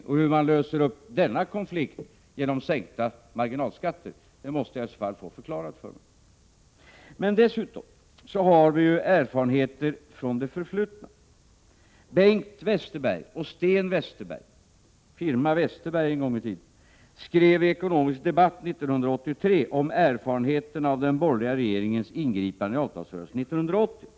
Hur man skall kunna lösa upp den konflikten genom sänkta marginalskatter måste jag i så fall få förklarat för mig. Dessutom har vi erfarenheter från det förflutna. Bengt Westerberg och Sten Westerberg, firma Westerberg en gång i tiden, skrev år 1983 i Ekonomisk Debatt om erfarenheterna av den borgerliga regeringens ingripande i avtalsrörelsen 1980.